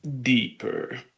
deeper